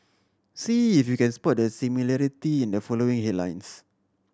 see if you can spot the similarity in the following